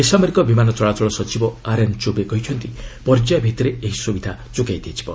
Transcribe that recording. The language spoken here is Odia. ବେସାମରିକ ବିମାନ ଚଳାଚଳ ସଚିବ ଆର୍ଏନ୍ ଚୁବେ କହିଛନ୍ତି ପର୍ଯ୍ୟାୟ ଭିତ୍ତିରେ ଏହି ସୁବିଧା ଯୋଗାଇ ଦିଆଯିବ